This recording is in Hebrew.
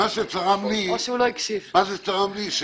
מה שצרם לי,